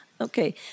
Okay